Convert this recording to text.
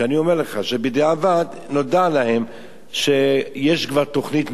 אני אומר לך שבדיעבד נודע להם שיש כבר תוכנית מאושרת,